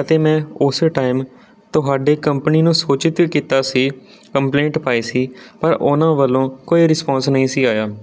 ਅਤੇ ਮੈਂ ਉਸੇ ਟਾਈਮ ਤੁਹਾਡੇ ਕੰਪਨੀ ਨੂੰ ਸੂਚਿਤ ਕੀਤਾ ਸੀ ਕੰਪਲੇਂਟ ਪਾਈ ਸੀ ਪਰ ਉਹਨਾਂ ਵੱਲੋਂ ਕੋਈ ਰਿਸਪੋਂਸ ਨਹੀਂ ਸੀ ਆਇਆ